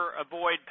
avoid